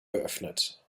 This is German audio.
geöffnet